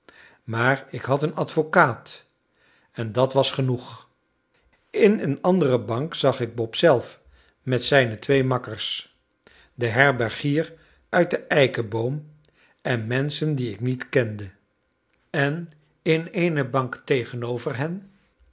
maar ik had een advocaat en dat was genoeg in eene andere bank zag ik bob zelf met zijne twee makkers den herbergier uit de eikenboom en menschen die ik niet kende en in eene bank tegenover hen